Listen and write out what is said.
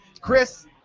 Chris